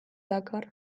dakar